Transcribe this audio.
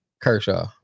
Kershaw